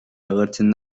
agertzen